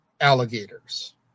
alligators